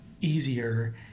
easier